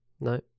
No